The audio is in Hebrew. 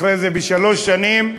אחרי זה הוארכה בשלוש שנים ל-2015,